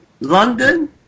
London